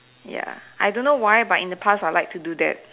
ya I don't know why but in the past I would like to do that